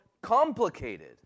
complicated